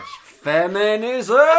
Feminism